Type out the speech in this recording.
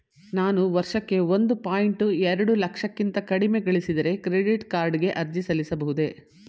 ನಾನು ವರ್ಷಕ್ಕೆ ಒಂದು ಪಾಯಿಂಟ್ ಎರಡು ಲಕ್ಷಕ್ಕಿಂತ ಕಡಿಮೆ ಗಳಿಸಿದರೆ ಕ್ರೆಡಿಟ್ ಕಾರ್ಡ್ ಗೆ ಅರ್ಜಿ ಸಲ್ಲಿಸಬಹುದೇ?